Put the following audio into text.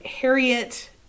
harriet